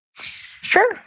Sure